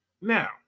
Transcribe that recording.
Now